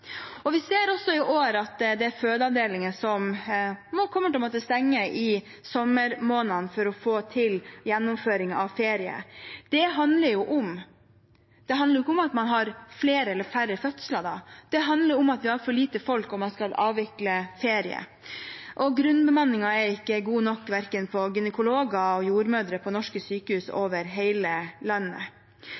Vi ser også i år at det er fødeavdelinger som kommer til å måtte stenge i sommermånedene for å få til gjennomføring av ferie. Det handler ikke om at man har flere eller færre fødsler da, det handler om at vi har for lite folk, og at man skal avvikle ferie. Grunnbemanningen er ikke god nok for verken gynekologer eller jordmødre på norske sykehus over hele landet.